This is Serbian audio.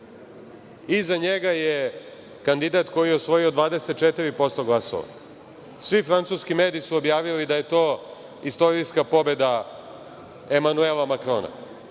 Iza njega je kandidat koji je osvojio 24% glasova. Svi francuski mediji su objavili da je to istorijska pobeda Emanuela Makrona.